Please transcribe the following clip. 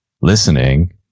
listening